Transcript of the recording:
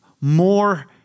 more